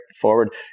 forward